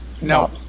No